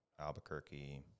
albuquerque